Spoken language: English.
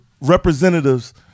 representatives